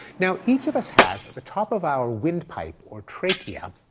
now, each of us has at the top of our windpipe or trachea,